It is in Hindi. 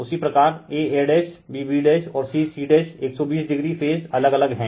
उसी प्रकार a a b b और c c 120o फेज अलग अलग हैं